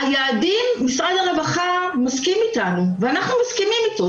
על היעדים משרד הרווחה מסכים איתנו ואנחנו מסכימים איתו,